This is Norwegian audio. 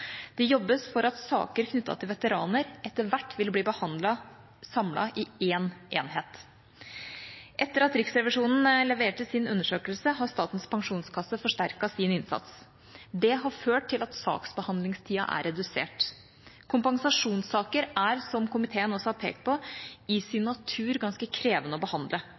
Det jobbes for at saker knyttet til veteraner, etter hvert vil bli behandlet samlet i én enhet. Etter at Riksrevisjonen leverte sin undersøkelse, har Statens pensjonskasse forsterket sin innsats. Det har ført til at saksbehandlingstida er redusert. Kompensasjonssaker er, som komiteen også har pekt på, i sin natur ganske krevende å behandle.